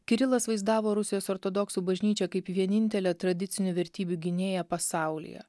kirilas vaizdavo rusijos ortodoksų bažnyčią kaip vienintelę tradicinių vertybių gynėją pasaulyje